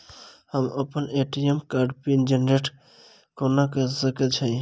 हम अप्पन ए.टी.एम कार्डक पिन जेनरेट कोना कऽ सकैत छी?